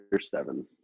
seven